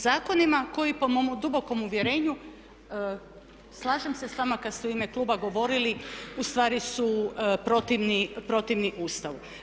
Zakonima koji po mom dubokom uvjerenju slažem se s vama kad ste u ime kluba govorili u stvari su protivni Ustavu.